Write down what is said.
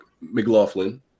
McLaughlin